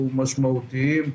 משמעותיים,